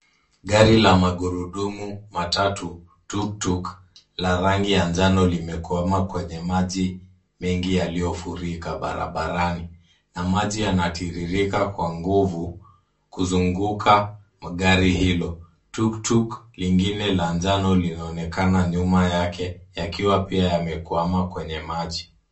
Gari la magurudumu matatu, tuk-tuk , la rangi ya njano limekwama kwenye maji mengi yaliyofurika barabarani, na maji yanatiririka kwa nguvu kuzunguka magari hilo. Tuk-tuk lingine la njano linaonekana nyuma yake, yakiwa pia yamekwama kwenye maji.